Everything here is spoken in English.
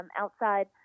outside